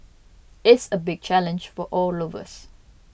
it's a big challenge for all of us